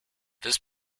this